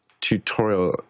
tutorial